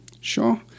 Sure